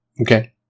Okay